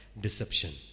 deception